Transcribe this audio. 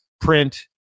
print